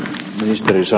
kiistelyssä